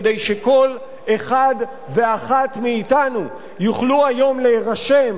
כדי שכל אחד ואחת מאתנו יוכלו היום להירשם